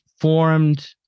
formed